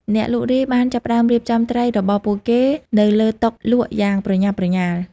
អ្នកលក់រាយ បានចាប់ផ្តើមរៀបចំត្រីរបស់ពួកគេនៅលើតុលក់យ៉ាងប្រញាប់ប្រញាល់។